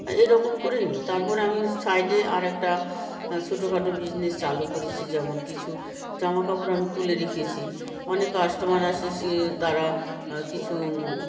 হ্যাঁ এরকম করে নিই তারপর আমি সাইডে আর একটা ছোটখাটো বিজনেস চালু করেছি যেমন কিছু জামাকাপড় আমি তুলে রেখেছি অনেক কাস্টমার আসে এসে তারা কিছু